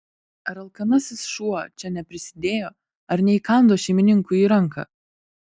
ar alkanasis šuo čia neprisidėjo ar neįkando šeimininkui į ranką